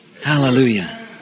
Hallelujah